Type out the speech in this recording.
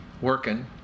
working